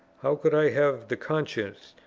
how could i have the conscience,